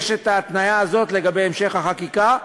יש התניה לגבי המשך החקיקה.